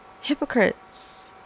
hypocrites